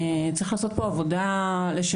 צריך לשלב כוחות,